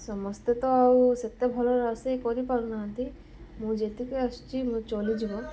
ସମସ୍ତେ ତ ଆଉ ସେତେ ଭଲ ରୋଷେଇ କରିପାରୁନାହାନ୍ତି ମୁଁ ଯେତିକି ଆସୁଛି ମୁଁ ଚଳିଯିବ